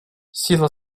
сила